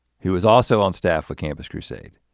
who was also on staff with campus crusade